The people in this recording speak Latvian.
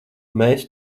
mēs